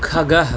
खगः